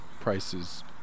prices